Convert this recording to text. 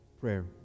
prayer